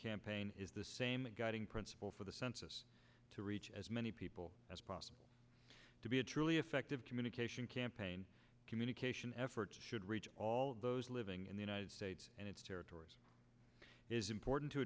campaign is the same a guiding principle for the census to reach as many people as possible to be a truly effective communication campaign communication efforts should reach all those living in the united states and its territories is important to